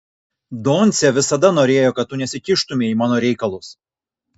doncė visada norėjo kad tu nesikištumei į mano reikalus